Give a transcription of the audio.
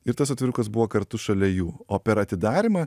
ir tas atvirukas buvo kartu šalia jų o per atidarymą